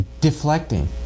deflecting